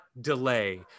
delay